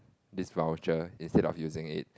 this voucher instead of using it